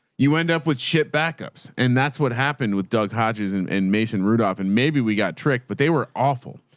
you end up with shit backups. and that's what happened with doug hodges and and mason rudolph. and maybe we got tricked, but they were awful.